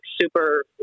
super